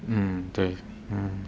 mm 对 mm